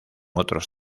otros